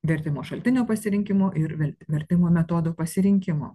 vertimo šaltinio pasirinkimo ir ver vertimo metodo pasirinkimo